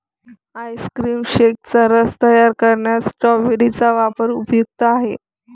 ice cream शेकचा रस तयार करण्यात स्ट्रॉबेरी चा वापर उपयुक्त आहे